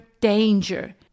danger